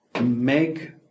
Make